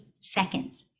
seconds